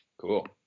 Cool